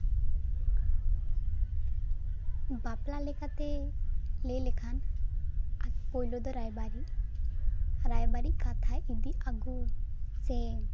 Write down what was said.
ᱵᱟᱯᱞᱟ ᱞᱮᱠᱟᱛᱮ ᱞᱟᱹᱭ ᱞᱮᱠᱷᱟᱱ ᱯᱳᱭᱞᱳ ᱫᱚ ᱨᱟᱭᱵᱟᱨᱤᱡ ᱨᱟᱭᱵᱟᱨᱤᱡ ᱠᱟᱛᱷᱟᱭ ᱤᱫᱤ ᱟᱹᱜᱩ ᱥᱮ